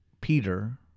Peter